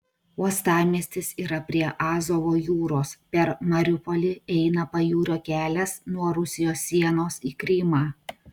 uostamiestis yra prie azovo jūros per mariupolį eina pajūrio kelias nuo rusijos sienos į krymą